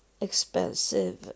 expensive